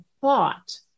thought